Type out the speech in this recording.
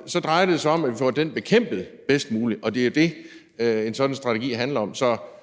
om støj, drejer det sig om, at vi får den bekæmpet bedst muligt. Det er det, en sådan strategi handler om.